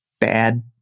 bad